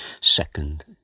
second